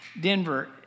Denver